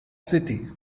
city